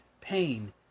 pain